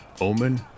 Omen